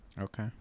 Okay